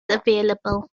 available